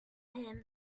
him